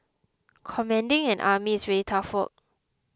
commanding an army is really tough work